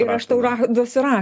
ir aš tau duosiu ra